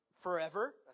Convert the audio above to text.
Forever